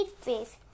face